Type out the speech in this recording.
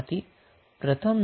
તો આપણે પ્રથમ શું કરીશું